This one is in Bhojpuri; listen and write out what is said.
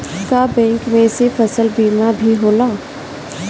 का बैंक में से फसल बीमा भी होला?